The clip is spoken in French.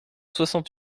soixante